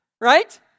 Right